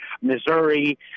Missouri